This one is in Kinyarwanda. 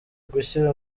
gushyira